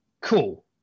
cool